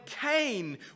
Cain